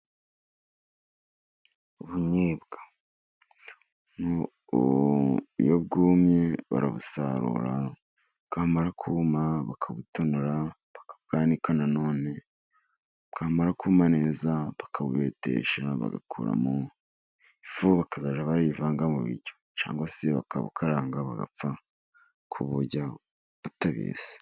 Ubunyobwa iyo bwumye barabusarura, bwamara kuma bakabutonora, bakabwanika nanone bwamara kuma neza bakabubetesha bagakuramo ifu, bakazajya bariyivanga mu biryo cyangwa se bakabukaranga bagapfa kubujya butabese.